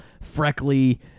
freckly